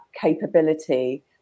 capability